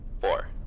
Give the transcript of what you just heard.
four